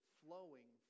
flowing